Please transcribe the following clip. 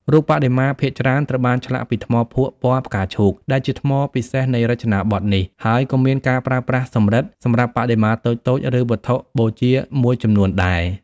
រូបបដិមាភាគច្រើនត្រូវបានឆ្លាក់ពី ថ្មភក់ពណ៌ផ្កាឈូកដែលជាថ្មពិសេសនៃរចនាបថនេះ ហើយក៏មានការប្រើប្រាស់ សំរឹទ្ធិ សម្រាប់បដិមាតូចៗ ឬវត្ថុបូជាមួយចំនួនដែរ។